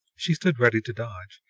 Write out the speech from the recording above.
she stood ready to dodge,